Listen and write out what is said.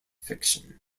fiction